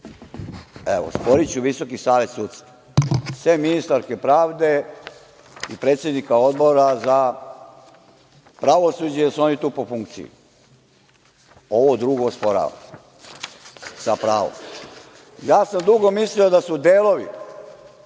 Osporiću Visoki savet sudstva, sem ministarke pravde i predsednika Odbora za pravosuđe, jer su oni tu po funkciji, ovo drugo osporavam sa pravom. Dugo sam mislio da su delovi